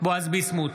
בועז ביסמוט,